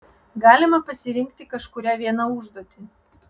galima pasirinkti kažkurią vieną užduotį